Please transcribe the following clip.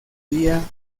día